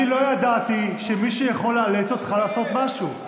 אני לא ידעתי שמישהו יכול לאלץ אותך לעשות משהו.